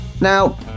Now